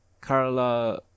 Carla